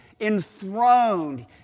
enthroned